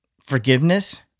forgiveness